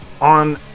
on